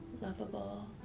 lovable